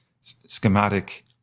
schematic